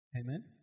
amen